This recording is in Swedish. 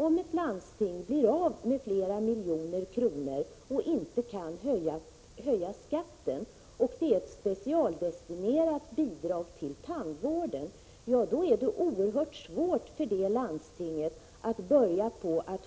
Om ett landsting blir av med flera miljoner kronor av ett specialdestinerat bidrag till tandvården och inte kan höja skatten, är det oerhört svårt för det landstinget att börja